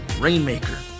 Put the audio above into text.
Rainmaker